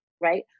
right